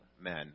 men